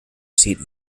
seat